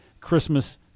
Christmas